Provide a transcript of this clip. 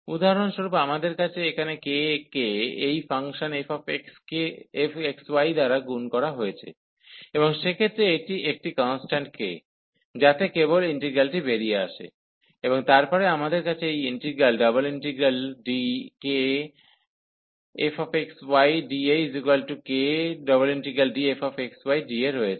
উদাহরণস্বরূপ আমাদের কাছে এখানে k কে এই ফাংশন fxy দ্বারা গুণ করা হয়েছে এবং সেক্ষেত্রে এটি একটি কন্সট্যান্ট k যাতে কেবল ইন্টিগ্রালটি বেরিয়ে আসে এবং তারপরে আমাদের কাছে এই ইন্টিগ্রাল ∬DkfxydAk∬DfxydA রয়েছে